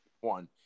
one